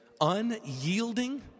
unyielding